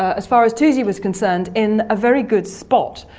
ah as far as toosey was concerned, in a very good spot.